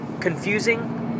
confusing